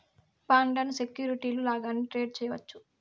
బాండ్లను సెక్యూరిటీలు లాగానే ట్రేడ్ చేయవచ్చు